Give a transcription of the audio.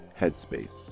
headspace